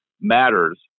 matters